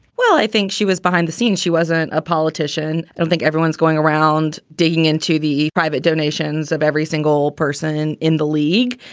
well, i think she was behind the scenes. she wasn't a politician. i think everyone's going around digging into the private donations of every single person in the league.